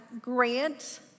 Grant